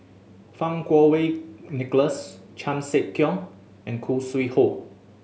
Fang Kuo Wei Nicholas Chan Sek Keong and Khoo Sui Hoe